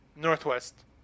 Northwest